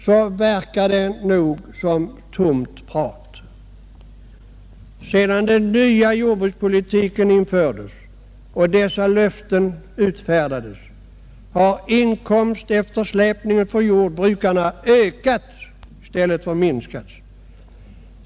Sedan den Allmänpolitisk debatt Allmänpolitisk debatt nya jordbrukspolitiken infördes och dessa löften utfärdades har inkomsteftersläpningen för jordbrukarna ökat i stället för att minska.